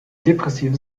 depressive